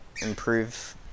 improve